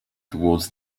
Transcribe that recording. towards